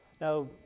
Now